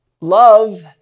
love